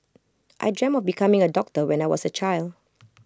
I dreamt of becoming A doctor when I was A child